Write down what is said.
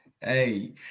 Hey